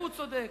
והוא צודק.